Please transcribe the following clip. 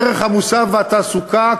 הערך המוסף והתעסוקה,